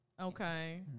Okay